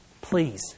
Please